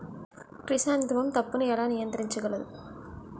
Chrysanthemum తప్పును ఎలా నియంత్రించగలను?